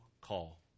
call